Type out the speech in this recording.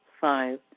Five